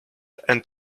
and